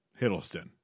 Hiddleston